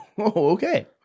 okay